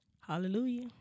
Hallelujah